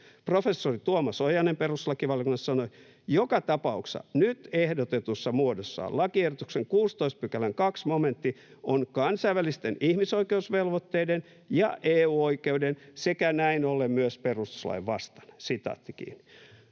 Professori Tuomas Ojanen perustuslakivaliokunnassa sanoi: ”Joka tapauksessa nyt ehdotetussa muodossaan lakiehdotuksen 16 §:n 2 momentti on kansainvälisten ihmisoikeusvelvoitteiden ja EU-oikeuden sekä näin ollen myös perustuslain vastainen.” Kuten